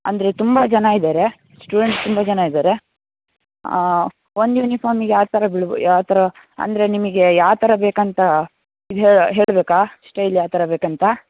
ಅಂದರೆ ತುಂಬ ಜನ ಇದ್ದಾರೆ ಸ್ಟೂಡೆಂಟ್ಸ್ ತುಂಬ ಜನ ಇದ್ದಾರೆ ಒಂದು ಯುನಿಫಾಮಿಗೆ ಯಾವ ಥರ ಬೀಳ್ಬ ಯಾವ ಥರ ಅಂದರೆ ನಿಮಗೆ ಯಾವ ಥರ ಬೇಕಂತ ಇದು ಹೇಳಿ ಹೇಳಬೇಕಾ ಸ್ಟೈಲ್ ಯಾವ ಥರ ಬೇಕಂತ